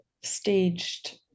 staged